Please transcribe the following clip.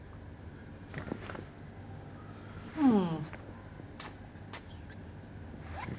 hmm